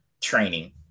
training